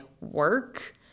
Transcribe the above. work